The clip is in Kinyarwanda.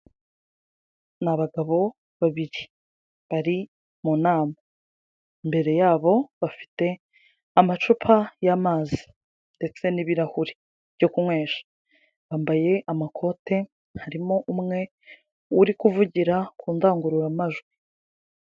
Ni abagabo babiri, bari mu nama, imbere yabo bafite amacupa y'amazi ndetse n'ibirahuri byo kunywesha, bambaye amakote, harimo umwe uri kuvugira ku ndangururamajwi.